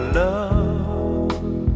love